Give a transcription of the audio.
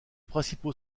principaux